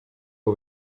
abo